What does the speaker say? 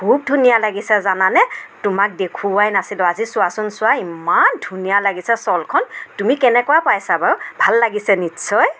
খুব ধুনীয়া লাগিছে জানানে তোমাক দেখুৱাই নাছিলোঁ আজি চোৱাচোন চোৱা ইমান ধুনীয়া লাগিছে শ্বলখন তুমি কেনেকুৱা পাইছা বাৰু ভাল লাগিছে নিশ্চয়